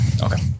okay